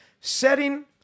setting